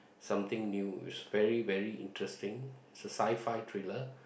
something new which very very interesting it's a sci-fi thriller